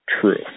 true